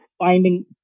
Finding